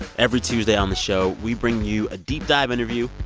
and every tuesday on the show, we bring you a deep dive interview.